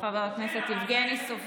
תודה רבה לך, חבר הכנסת יבגני סובה.